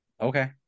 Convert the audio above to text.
Okay